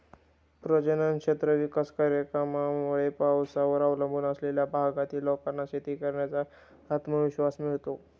पर्जन्य क्षेत्र विकास कार्यक्रमामुळे पावसावर अवलंबून असलेल्या भागातील लोकांना शेती करण्याचा आत्मविश्वास मिळतो